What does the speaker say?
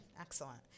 excellent